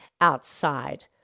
outside